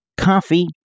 Coffee